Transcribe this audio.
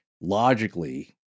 logically